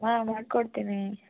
ಹಾಂ ಮಾಡಿಕೊಡ್ತೀನಿ